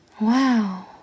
Wow